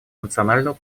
национального